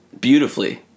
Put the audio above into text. beautifully